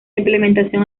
implementación